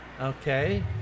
Okay